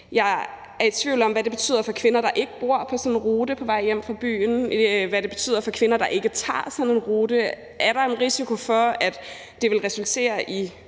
Jeg er i tvivl om, hvad det betyder for kvinder, der ikke bor på sådan en rute, og som er på vej hjem fra byen, og hvad det betyder for kvinder, der ikke tager sådan en rute. Er der en risiko for, at det vil resultere i